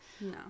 no